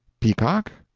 peacock?